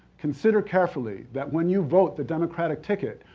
consider carefully that when you vote the democratic ticket,